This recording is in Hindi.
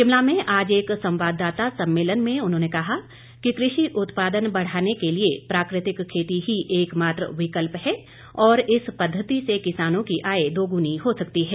शिमला में आज एक संवाददाता सम्मेलन में उन्होंने कहा कि कृषि उत्पादन बढ़ाने के लिए प्राकृतिक खेती ही एक मात्र विकल्प है और इस पद्धति से किसानों की आय दोगुनी हो सकती है